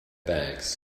bags